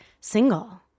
single